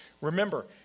Remember